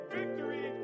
victory